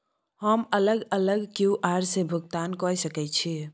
हम अलग अलग क्यू.आर से भुगतान कय सके छि?